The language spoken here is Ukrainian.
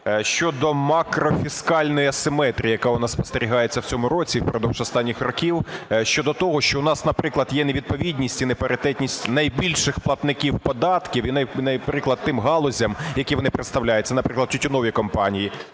щодо макрофіскальної асиметрії, яка в нас спостерігається в цьому році і впродовж останніх років щодо того, що в нас, наприклад, є невідповідність і непаритетність найбільших платників податків, наприклад, тим галузям, які вони представляють, це, наприклад, тютюнові компанії;